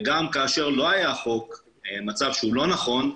וגם כאשר לא היה חוק, מצב שהוא לא נכון,